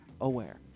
aware